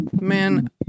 man